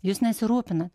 jūs nesirūpinat